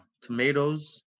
tomatoes